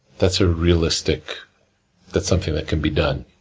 that's a realistic that's something that can be done.